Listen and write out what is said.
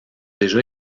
déjà